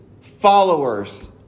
followers